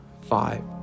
five